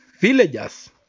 Villagers